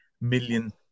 million